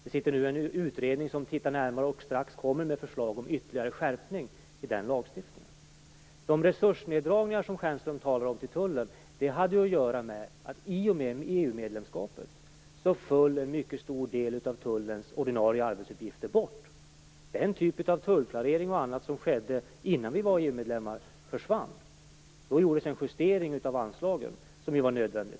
En utredning håller nu på att titta närmare på detta och kommer strax med förslag om en ytterligare skärpning av den lagstiftningen. De neddragningar av resurser till tullen som Stjernström talar om hade att göra med att en mycket stor del av tullens ordinarie arbetsuppgifter föll bort i och med EU-medlemskapet. Den typ av tullklarering och annat som skedde innan vi var EU-medlemmar försvann. Då gjordes en justering av anslagen, något som naturligtvis var nödvändigt.